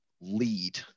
lead